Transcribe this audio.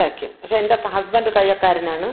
തയ്ക്കും പക്ഷേ എൻ്റെ ഹസ്ബൻഡ് തയ്യല്ക്കാരനാണ്